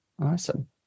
Awesome